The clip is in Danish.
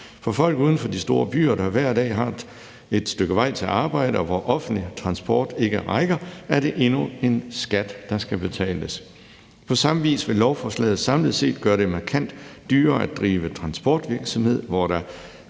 For folk uden for de store byer, der hver dag har et stykke vej til arbejde, og hvor offentlig transport ikke rækker, er det endnu en skat, der skal betales. På samme vis vil lovforslaget samlet set gøre det markant dyrere at drive transportvirksomhed, hvor der